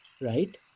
right